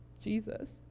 Jesus